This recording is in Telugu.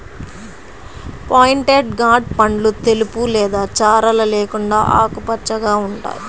పాయింటెడ్ గార్డ్ పండ్లు తెలుపు లేదా చారలు లేకుండా ఆకుపచ్చగా ఉంటాయి